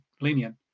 lenient